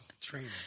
training